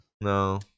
No